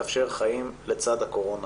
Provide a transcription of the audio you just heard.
לאפשר חיים לצד הקורונה.